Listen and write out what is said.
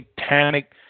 satanic